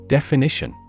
Definition